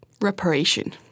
reparation